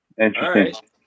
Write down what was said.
Interesting